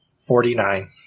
Forty-nine